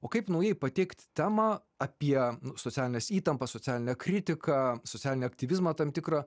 o kaip naujai pateikt temą apie socialines įtampas socialinę kritiką socialinį aktyvizmą tam tikrą